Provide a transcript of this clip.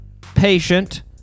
patient